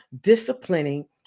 disciplining